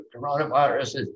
coronaviruses